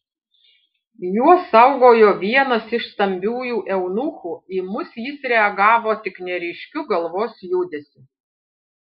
juos saugojo vienas iš stambiųjų eunuchų į mus jis reagavo tik neryškiu galvos judesiu